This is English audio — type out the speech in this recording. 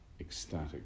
ecstatic